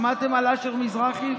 שמעתם על אשר מזרחי?